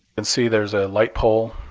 and see there's a light pole,